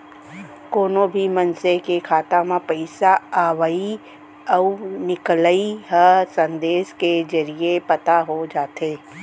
कोनो भी मनसे के खाता म पइसा अवइ अउ निकलई ह संदेस के जरिये पता हो जाथे